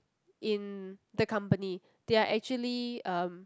in the company they are actually um